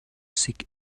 sik